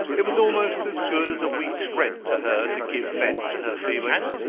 it was almost as good as a week's rent to her to give vent to her feelings.